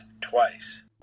twice